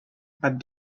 but